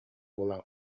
буолан